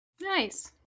nice